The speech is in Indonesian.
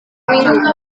minggu